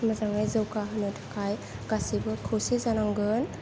मोजाङै जौगाहोनो थाखाय गासैबो खौसे जानांगोन